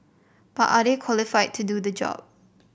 but are they qualified to do the job